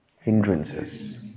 hindrances